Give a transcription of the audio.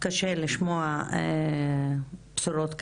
קשה לשמוע בשורות כאלה.